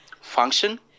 function